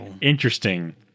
interesting